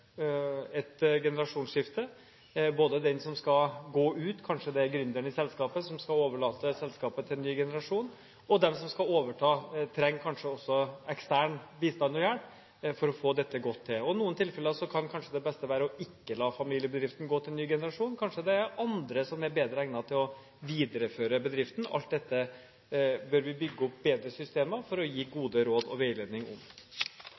et generasjonsskifte, både den som skal gå ut, kanskje det er gründeren i selskapet som skal overlate selskapet til en ny generasjon, og den som skal overta, som kanskje også trenger eksternt bistand og hjelp for å få dette godt til. I noen tilfeller kan kanskje det beste være ikke å la familiebedriften gå til en ny generasjon, kanskje det er andre som er bedre egnet til å videreføre bedriften. Alt dette bør vi bygge opp bedre systemer rundt for å gi gode råd og veiledning om.